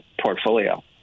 portfolio